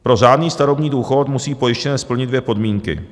Pro řádný starobní důchod musí pojištěnec splnit dvě podmínky.